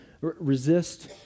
resist